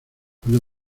cuando